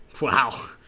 wow